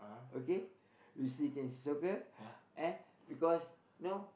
okay we still can see soccer eh because know